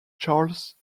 charles